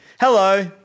hello